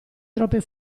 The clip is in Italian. troppe